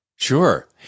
Sure